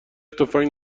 تفنگ